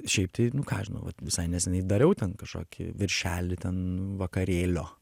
šiaip tai nu ką aš žinau vat visai neseniai dariau ten kažkokį viršelį ten vakarėlio